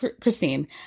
Christine